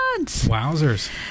Wowzers